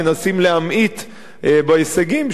מנסים להמעיט בהישגים,